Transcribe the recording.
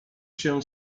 się